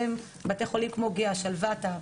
בבתי חולים כמו גהה, שלוותה,